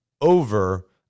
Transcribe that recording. over